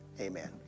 Amen